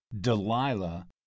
Delilah